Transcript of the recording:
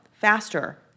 faster